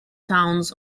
towns